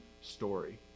story